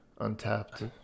untapped